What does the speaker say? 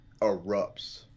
erupts